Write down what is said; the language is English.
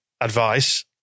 advice